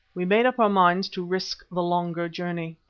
we made up our minds to risk the longer journey.